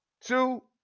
Two